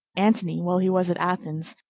antony, while he was at athens,